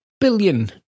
billion